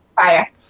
Fire